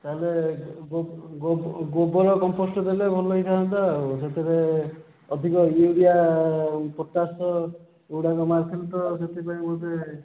ତା'ହେଲେ ଗୋବର କମ୍ପୋଷ୍ଟ୍ ଦେଲେ ଭଲ ହେଇଥାନ୍ତା ଆଉ ସେଥିରେ ଅଧିକ ୟୁରିଆ ପଟାସ୍ ଏଗୁଡ଼ା ମାରିଥିଲି ତ ସେଥିପାଇଁ ବୋଧେ